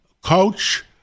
coach